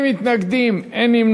23 בעד, אין מתנגדים, אין נמנעים.